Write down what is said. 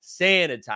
Sanitize